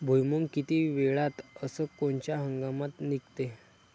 भुईमुंग किती वेळात अस कोनच्या हंगामात निगते?